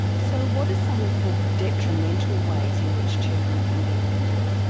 so what are some of the detrimental ways in which children can be affected?